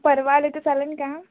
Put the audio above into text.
परवा आले तर चालेल का